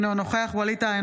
אינו נוכח ווליד טאהא,